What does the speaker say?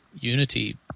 unity